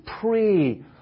pray